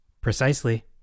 Precisely